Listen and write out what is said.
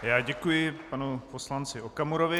Já děkuji panu poslanci Okamurovi.